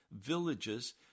villages